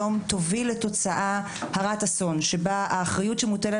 תוביל לתוצאה הרת אסון שבה האחריות שמוטלת